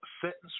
sentence